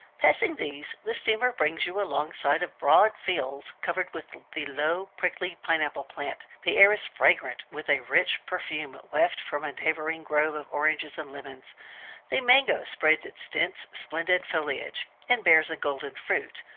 passing these, the steamer brings you alongside of broad fields covered with the low, prickly pine-apple plant the air is fragrant with a rich perfume wafted from a neighboring grove of oranges and lemons the mango spreads its dense, splendid foliage, and bears a golden fruit,